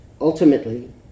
Ultimately